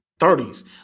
30s